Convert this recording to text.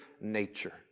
nature